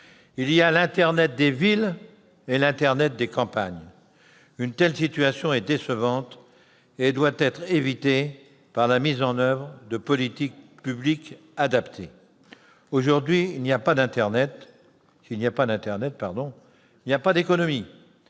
Il y a donc l'internet des villes et l'internet des campagnes. Une telle situation est décevante et doit être évitée par la mise en oeuvre de politiques publiques adaptées. Aujourd'hui, s'il n'y a pas d'internet, il n'y a pas d'économie.